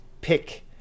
pick